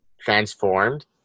transformed